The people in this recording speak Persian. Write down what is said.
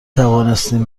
توانستیم